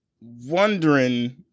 wondering